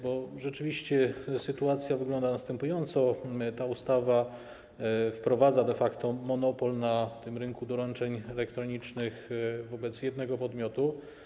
Bo rzeczywiście sytuacja wygląda następująco: ta ustawa wprowadza de facto monopol na rynku doręczeń elektronicznych wobec jednego podmiotu.